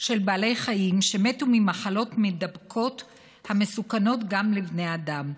בעלי חיים שמתו ממחלות מדבקות המסוכנות גם לבני אדם,